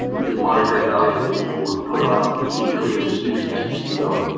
the monetary value that people would put on being free of this nuisance mosquito.